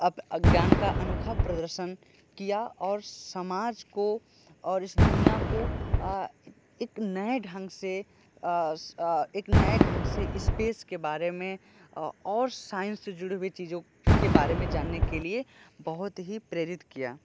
ज्ञान का अनोखा प्रदर्शन किया और समाज को और इस दुनिया को इक नये ढंग से एक नये ढंग से स्पेस के बारे में और साइंस से जुड़ी हुई चीज़ों के बारे में जानने के लिए बहुत ही प्रेरित किया